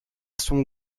son